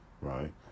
Right